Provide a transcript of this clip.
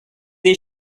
des